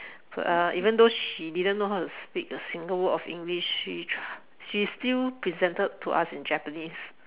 uh even though she didn't know how to speak a single word of English she try she still presented to us in Japanese